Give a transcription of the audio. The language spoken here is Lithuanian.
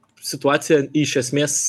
situacija iš esmės